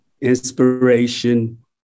Inspiration